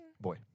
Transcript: Boy